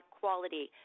quality